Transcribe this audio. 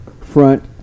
front